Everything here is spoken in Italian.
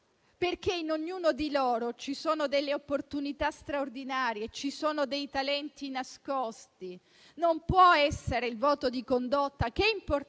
perché in ognuno di loro ci sono delle opportunità straordinarie e dei talenti nascosti. Non può essere il voto di condotta, che considero